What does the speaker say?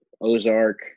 ozark